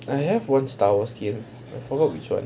I have one star war game I forgot which [one]